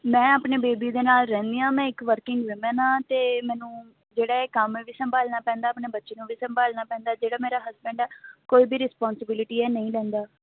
ਮੈਂ ਆਪਣੇ ਬੇਬੀ ਦੇ ਨਾਲ਼ ਰਹਿੰਦੀ ਹਾਂ ਮੈਂ ਇੱਕ ਵਰਕਿੰਗ ਵੁਮੈਨ ਹਾਂ ਅਤੇ ਮੈਨੂੰ ਜਿਹੜਾ ਇਹ ਕੰਮ ਵੀ ਸੰਭਾਲਣਾ ਪੈਂਦਾ ਆਪਣੇ ਬੱਚੇ ਨੂੰ ਵੀ ਸੰਭਾਲਣਾ ਪੈਂਦਾ ਜਿਹੜਾ ਮੇਰਾ ਹਸਬੈਂਡ ਹੈ ਕੋਈ ਵੀ ਰਿਸਪੋਨਸੀਬੀਲਟੀ ਹੈ ਨਹੀਂ ਲੈਂਦਾ